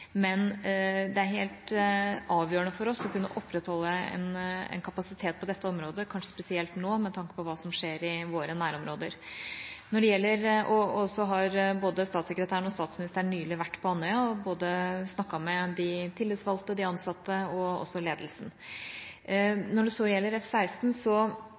Men det er helt avgjørende for oss å kunne opprettholde en kapasitet på dette området – kanskje spesielt nå med tanke på hva som skjer i våre nærområder. Så har både statssekretæren og statsministeren nylig vært på Andøya og snakket med både tillitsvalgte, ansatte og ledelsen. Når det så gjelder